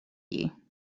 you